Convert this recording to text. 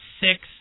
six